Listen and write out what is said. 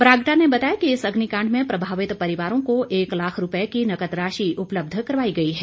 बरागटा ने बताया कि इस अग्निकांड में प्रभावित परिवारों को एक लाख रूपये की नगद राशि उपलब्ध करवाई गई है